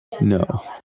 No